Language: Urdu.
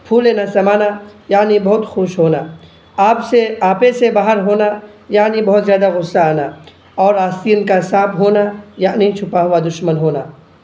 پھولے نہ سمانا یعنی بہت خوش ہونا آپ سے آپے سے باہر ہونا یعنی بہت زیادہ غصہ آنا اور آستین کا سانپ ہونا یعنی چھپا ہوا دشمن ہونا